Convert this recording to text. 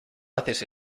haces